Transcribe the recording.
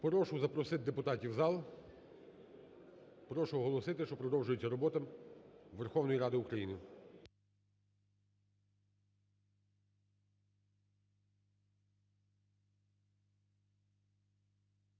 Прошу запросити депутатів в зал, прошу оголосити, що продовжується робота Верховної Ради України.